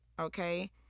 Okay